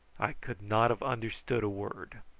i could not have understood a word.